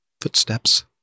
footsteps